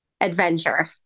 adventure